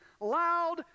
loud